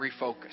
refocus